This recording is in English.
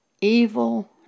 Evil